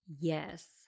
Yes